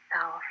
self